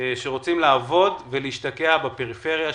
שרוצים לעבוד ולהשתקע בפריפריה,